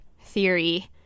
theory